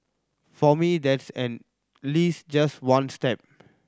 for me that's at least just one step